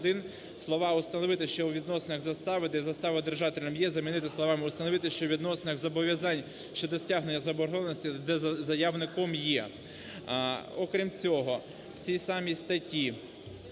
прим.1 слова "установити, що у відносинах застави, де заставодержателем є" замінити словами "установити, що у відносинах зобов'язань щодо стягнення заборгованості, де заявником є". Окрім цього, в цій самій статті